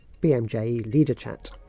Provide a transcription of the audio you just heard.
#BMJLeaderChat